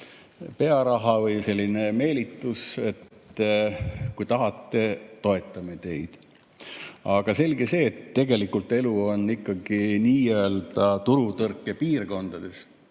pearaha või selline meelitus, et kui tahate, toetame teid. Aga selge see, et tegelikult elu on ikkagi nii‑öelda turutõrkepiirkondades